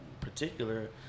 particular